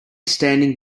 standing